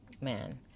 man